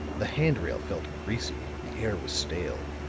the hand rail felt greasy, the air was stale.